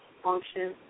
function